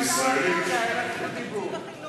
מיליארדי שקלים בתקציב החינוך.